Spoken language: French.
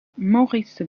maurice